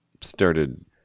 started